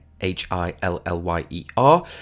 H-I-L-L-Y-E-R